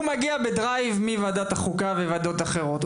הוא מגיע בדרייב מוועדת החוקה ומוועדות אחרות.